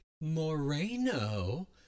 Moreno